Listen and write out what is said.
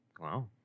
Wow